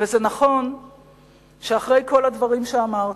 וזה נכון שאחרי כל הדברים שאמרת,